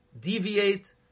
deviate